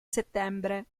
settembre